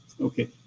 Okay